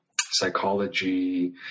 psychology